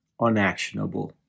unactionable